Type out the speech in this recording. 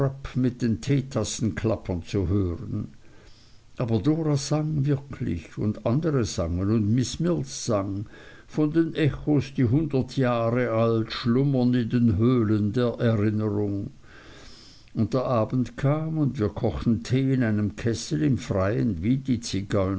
mit den teetassen klappern zu hören aber dora sang wirklich und andere sangen und miß mills sang von den echos die hundert jahre alt schlummern in den höhlen der erinnerung und der abend kam und wir kochten tee in einem kessel im freien wie die